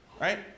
Right